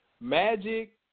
Magic